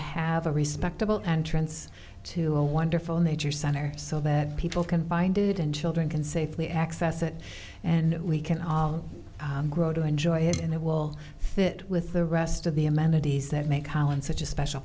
have a respectable and trance to a wonderful nature center so that people can find it and children can safely access it and we can all grow to enjoy it and it will fit with the rest of the amenities that make holland such a special